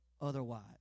otherwise